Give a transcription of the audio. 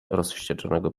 rozwścieczonego